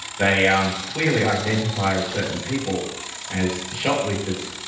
they um clearly identified certain people as shoplifters,